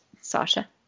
Sasha